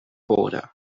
border